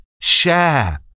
Share